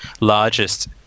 largest